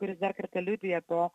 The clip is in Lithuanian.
kuris dar kartą liudija to